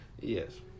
Yes